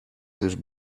these